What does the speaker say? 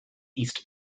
east